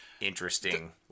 interesting